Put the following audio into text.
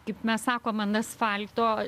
kaip mes sakom ant asfalto